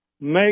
make